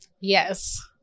Yes